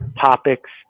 topics